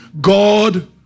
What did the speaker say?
God